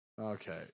Okay